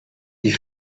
die